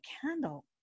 candle